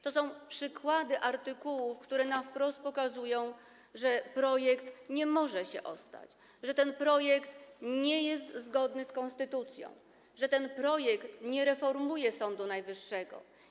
To są przykłady artykułów, które wprost pokazują, że ten projekt nie może się ostać, że ten projekt nie jest zgodny z konstytucją, że ten projekt nie reformuje Sądu Najwyższego.